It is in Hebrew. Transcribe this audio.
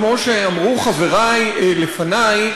כמו שאמרו חברי לפני,